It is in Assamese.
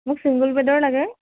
মোক চিংগল বেডৰ লাগে